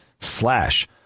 slash